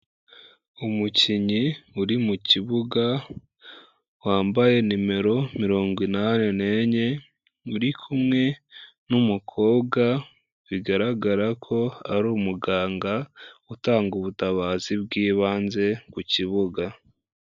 Umukinnyi uri mu kibuga wambaye nimero mirongo inani n'enye uri kumwe n'umukobwa, bigaragara ko ari umuganga utanga ubutabazi bw'ibanze ku kibuga.